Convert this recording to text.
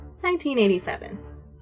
1987